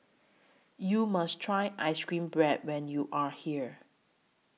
YOU must Try Ice Cream Bread when YOU Are here